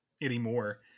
Anymore